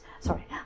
sorry